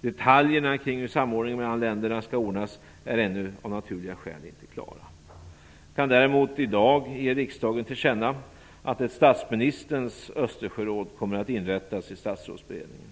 Detaljerna kring hur samordningen mellan länderna skall ordnas är ännu av naturliga skäl inte klara. Jag kan däremot i dag ge riksdagen till känna att ett Statsministerns Östersjöråd kommer att inrättas i statsrådsberedningen.